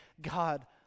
God